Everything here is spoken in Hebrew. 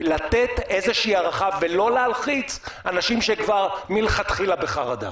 לתת איזושהי הערכה ולא להלחיץ אנשים שכבר מלכתחילה בחרדה.